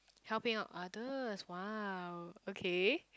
helping out others !wow! okay